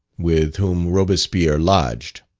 with whom robespierre lodged.